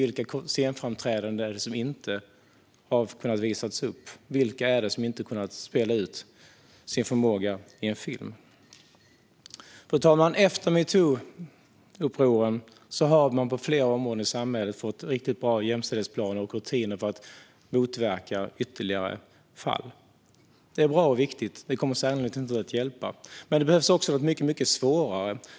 Vilka scenframträdanden har inte kunnat visas upp? Vilka är det som inte kunnat spela ut sin förmåga i en film? Fru talman! Efter metoo-uppropen har man på flera områden i samhället fått riktigt bra jämställdhetsplaner och rutiner för att motverka ytterligare fall. Det är bra och viktigt. Det kommer sannolikt att hjälpa. Men det behövs också något mycket svårare.